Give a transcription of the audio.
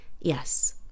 yes